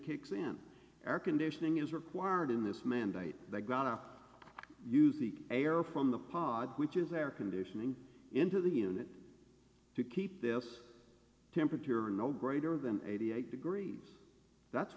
kicks in air conditioning is required in this mandate they're gonna use the air from the pod which is their conditioning into the unit to keep their temperature are no greater than eighty eight degrees that's